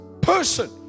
person